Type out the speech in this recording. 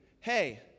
hey